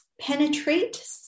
penetrate